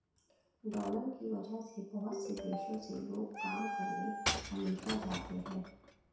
dollar की वजह से बहुत से देशों से लोग काम करने अमरीका जाते हैं